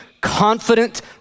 confident